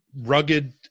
rugged